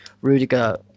Rudiger